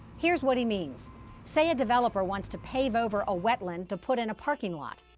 here's what he means say a developer wants to pave over a wetland to put in a parking lot.